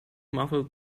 muffled